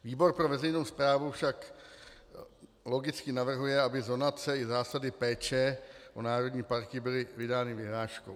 Výbor pro veřejnou správu však logicky navrhuje, aby zonace i zásady péče o národní parky byly vydány vyhláškou.